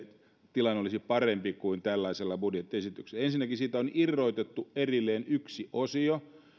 tilanne olisi parempi kuin tällaisella budjettiesityksellä ensinnäkin siitä on irrotettu erilleen yksi osio